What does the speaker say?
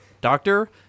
doctor